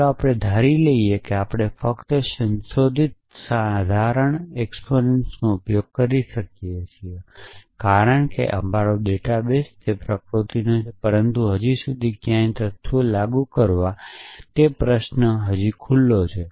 ચાલો આપણે ધારીએ કે આપણે ફક્ત સંશોધિત સાધારણ એક્સ્પેન્સન્ટ્સનો ઉપયોગ કરી રહ્યાં છીએ કારણ કે અમારો ડેટા તે પ્રકૃતિનો છે પરંતુ હજી પણ કયા તથ્યોને લાગુ કરવા તે પ્રશ્ન હજી પણ ખુલ્લો છે